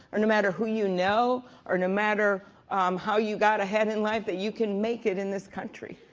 or no matter who you know, or no matter how you got ahead in life, that you can make it in this country.